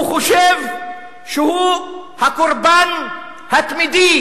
הוא חושב שהוא הקורבן התמידי,